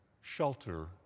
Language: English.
shelter